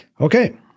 Okay